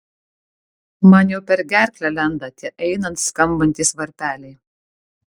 man jau per gerklę lenda tie einant skambantys varpeliai